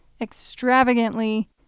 extravagantly